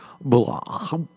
blah